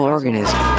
Organism